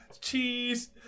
Cheese